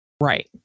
Right